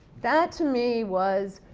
that to me was,